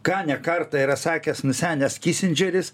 ką ne kartą yra sakęs nusenęs kisindžeris